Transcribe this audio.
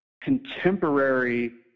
contemporary